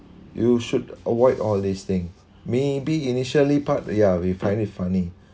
you should avoid all these thing may be initially part ya we find it funny